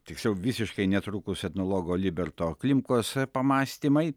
tiksliau visiškai netrukus etnologo liberto klimkos pamąstymai